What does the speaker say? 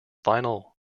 final